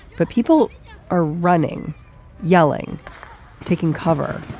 but people are running yelling taking cover.